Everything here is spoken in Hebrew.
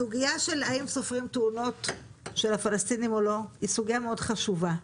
הסוגיה של האם סופרים תאונות של הפלסטינים או לא היא סוגיה מאוד חשובה,